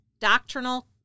doctrinal